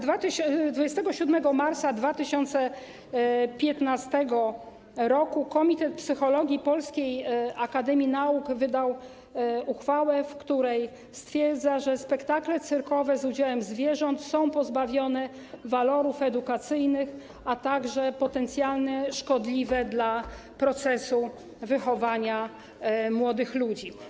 27 maca 2015 r. Komitet Psychologii Polskiej Akademii Nauk wydał uchwalę, w której stwierdza, że spektakle cyrkowe z udziałem zwierząt są pozbawione walorów edukacyjnych, a także potencjalnie szkodliwe dla procesu wychowania młodych ludzi.